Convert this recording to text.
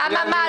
למה?